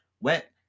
wet